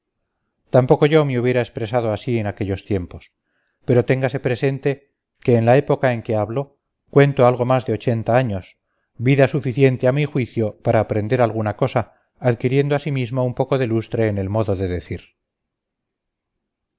tampoco yo me hubiera expresado así en aquellos tiempos pero téngase presente que en la época en que hablo cuento algo más de ochenta años vida suficiente a mi juicio para aprender alguna cosa adquiriendo asimismo un poco de lustre en el modo de decir